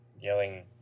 yelling